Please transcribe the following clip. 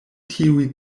tiuj